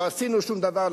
לא עשינו שום דבר,